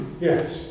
Yes